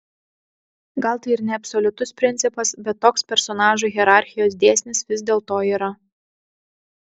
gal tai ir neabsoliutus principas bet toks personažų hierarchijos dėsnis vis dėlto yra